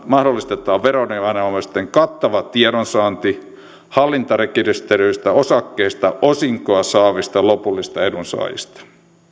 mahdollistetaan veroviranomaisten kattava tiedonsaanti hallintarekisteröidyistä osakkeista osinkoa saavista lopullisista edunsaajista